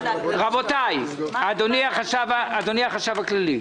אדוני החשב הכללי,